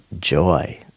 joy